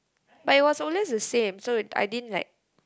but is always the same so I didn't like